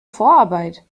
vorarbeit